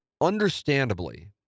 Understandably